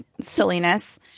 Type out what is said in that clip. Silliness